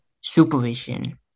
supervision